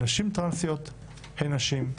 נשים טרנסיות הן נשים.